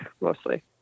mostly